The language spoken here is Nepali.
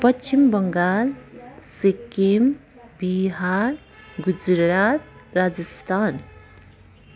पश्चिम बङ्गाल सिक्किम बिहार गुजरात राजस्थान